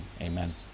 amen